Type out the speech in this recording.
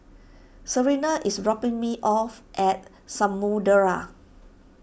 Serena is dropping me off at Samudera